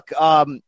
look